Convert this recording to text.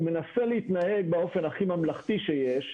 הוא מנסה להתנהג באופן הכי ממלכתי שיש,